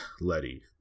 letty